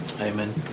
Amen